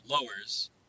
lowers